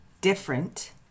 different